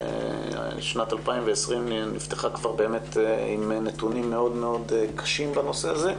שנת 2020, נפתחה עם נתונים מאוד קשים בנושא הזה.